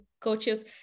coaches